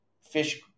fish